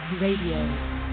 Radio